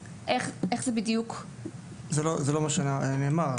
זה לא מה שנאמר.